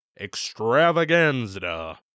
extravaganza